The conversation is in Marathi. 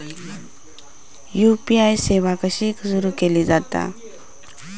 यू.पी.आय सेवा कशी सुरू केली जाता?